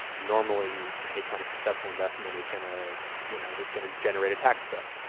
normally any kind of successful investment is going to you know, it's going to generate a tax bill.